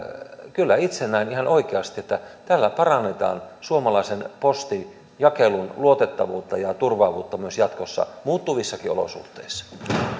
kyllä itse näen ihan oikeasti että tällä parannetaan suomalaisen postinjakelun luotettavuutta ja turvaavuutta myös jatkossa muuttuvissakin olosuhteissa